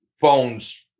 phones